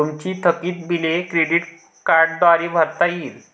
तुमची थकीत बिले क्रेडिट कार्डद्वारे भरता येतील